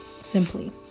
Simply